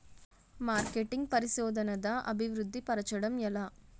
marketing పరిశోధనదా అభివృద్ధి పరచడం ఎలా